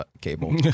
cable